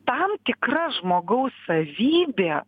tam tikra žmogaus savybė